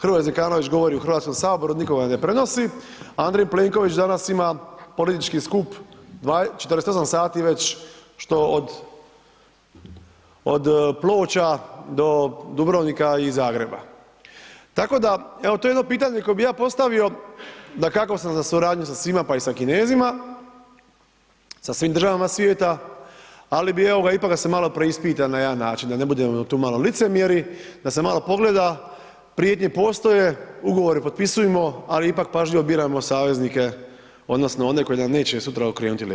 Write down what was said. Hrvoje Zekanović govori u HS, nitko ga ne prenosi, a Andrej Plenković danas ima politički skup, 48 sati već što od, od Ploča do Dubrovnika i Zagreba, tako da, evo, to je jedno pitanje koje bi ja postavio, dakako, sam za suradnju sa svima, pa i sa Kinezima, sa svim državama svijeta, ali bi, evo ga, ipak da se malo preispitam na jedan način, da ne budemo tu malo licemjeri, da se malo pogleda, prijetnje postoje, ugovore potpisujemo, ali ipak pažljivo biramo saveznike odnosno one koji nam neće sutra okrenuti leđa.